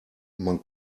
man